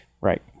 right